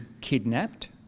kidnapped